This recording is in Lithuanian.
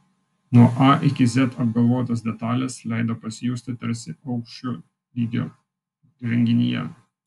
nuo a iki z apgalvotos detalės leido pasijusti tarsi aukščio lygio renginyje